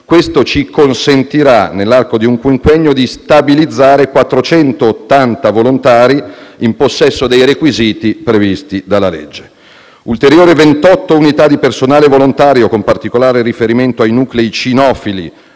Questo ci consentirà, nell'arco di un quinquennio, di stabilizzare 480 volontari in possesso dei requisiti previsti dalla legge. Ulteriori 28 unità di personale volontario, con particolare riferimento ai nuclei cinofili